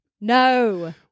No